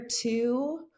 two